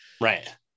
Right